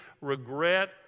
regret